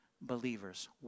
believers